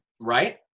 Right